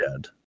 dead